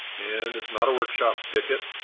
and it's not a workshop ticket,